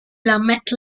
willamette